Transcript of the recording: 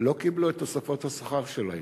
לא קיבלו את תוספות השכר שלהם.